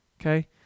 okay